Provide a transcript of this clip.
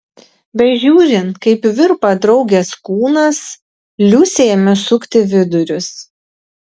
bežiūrint kaip virpa draugės kūnas liusei ėmė sukti vidurius